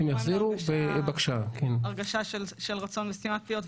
זה בא עם ההרגשה של רצון לסתימת פיות,